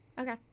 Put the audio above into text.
Okay